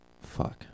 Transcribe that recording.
fuck